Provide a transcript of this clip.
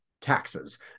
taxes